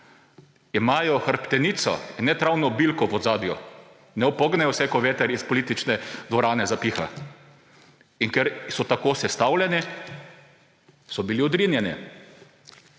imajo hrbtenico in ne travno bilko v ozadju, ne upognejo se, ko veter iz politične dvorane zapiha. In ker so tako sestavljeni, so bili odrinjeni.